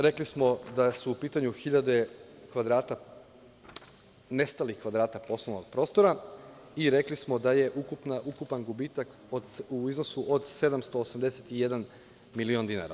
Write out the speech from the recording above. Rekli smo da su u pitanju hiljade kvadrata, nestalih kvadrata poslovnog prostora i rekli smo da je ukupan gubitak u iznosu od 781 milion dinara.